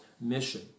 mission